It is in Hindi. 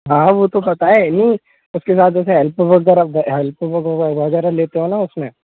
हाँ वो तो पता है नहीं उसके बाद जैसे हेल्प वर्क हेल्प वगैरह लेते हो ना उसमें